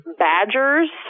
badgers